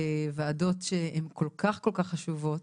ועדות שהן כל כך כל כך חשובות,